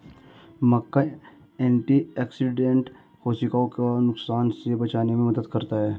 मक्का antioxidant कोशिकाओं को नुकसान से बचाने में मदद करता है